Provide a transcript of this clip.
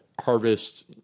harvest